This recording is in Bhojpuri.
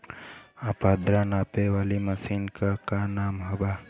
आद्रता नापे वाली मशीन क का नाव बा?